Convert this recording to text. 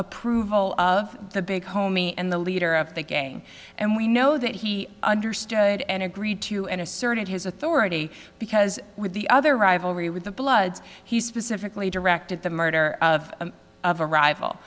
approval of the big homie and the leader of the game and we know that he understood and agreed to and asserting his authority because with the other rivalry with the bloods he specifically directed the murder of of a rival